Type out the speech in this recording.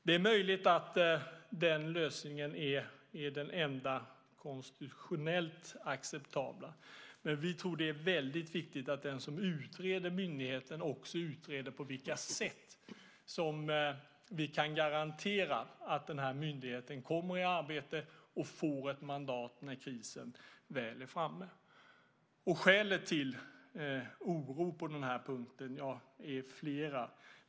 Det är möjligt att den lösningen är den enda konstitutionellt acceptabla, men vi tror att det är viktigt att den som utreder myndigheten också utreder på vilka sätt vi kan garantera att myndigheten kommer i arbete och får ett mandat när krisen väl är framme. Skälen till oro på den här punkten är flera.